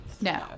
No